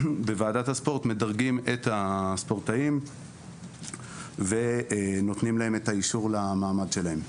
מדרגת את הספורטאים ונותנים את האישור למעמד שלהם.